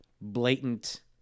blatant